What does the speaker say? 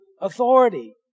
authority